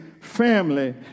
family